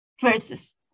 versus